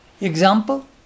Example